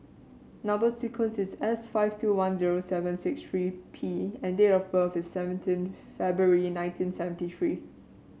number sequence is S five two one zero seven six three P and date of birth is seventeen February nineteen seventy three